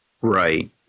Right